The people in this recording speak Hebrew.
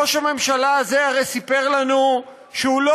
ראש הממשלה הזה הרי סיפר לנו שהוא לא